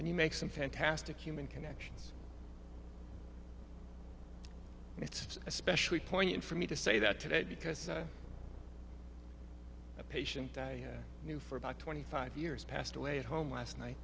and you make some fantastic human connections and it's especially poignant for me to say that today because a patient that i knew for about twenty five years passed away at home last night